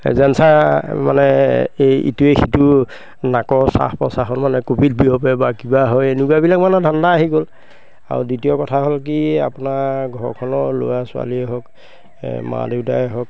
জানোচা মানে এই ইটোৱে সিটো নাকৰ শ্বাস প্ৰশ্বাসত মানে ক'ভিড বিয়পে বা কিবা হয় এনেকুৱাবিলাক মানে ধান্দা আহি গ'ল আৰু দ্বিতীয় কথা হ'ল কি আপোনাৰ ঘৰখনৰ ল'ৰা ছোৱালীয়ে হওক মা দেউতাই হওক